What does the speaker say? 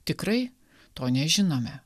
tikrai to nežinome